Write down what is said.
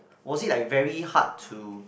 was it like very hard to